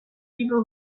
people